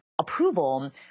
approval